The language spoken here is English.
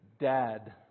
Dad